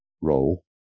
role